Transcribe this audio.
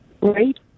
Right